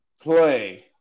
play